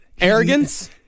Arrogance